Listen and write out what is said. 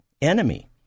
enemy